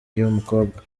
y’umukobwa